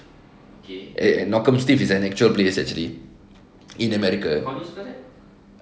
knockemstiff is an actual place actually in america uh